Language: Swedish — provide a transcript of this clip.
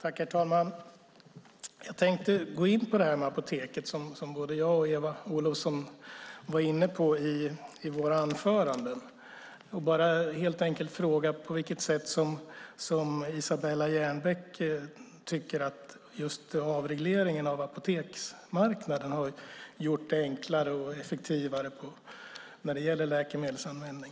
Herr talman! Jag tänkte ta upp det här med apoteket, som både jag och Eva Olofsson var inne på i våra anföranden. Jag vill helt enkelt fråga: På vilket sätt tycker Isabella Jernbeck att just avregleringen av apoteksmarknaden har gjort det enklare och effektivare när det gäller läkemedelsanvändning?